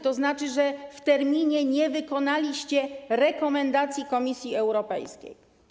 To znaczy, że w terminie nie wykonaliście rekomendacji Komisji Europejskiej.